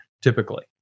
typically